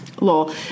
lol